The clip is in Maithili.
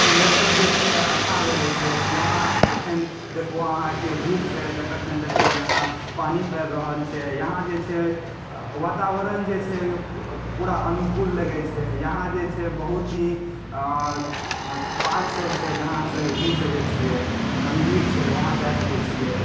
मौसम जे छै अच्छा रहैत छै यहाँ कखन देखबहऔ अहाँके धूप छै तऽ कखन देखबहऔ यहाँ पानी परि रहल छै यहाँ जे छै वातावरण जे छै पूरा अनुकूल लगैत छै यहाँ जे छै बहुत ही पार्कसभ छै जहाँ घुमि सकैत छियै मंदिर छै वहाँ जाइ सकैत छियै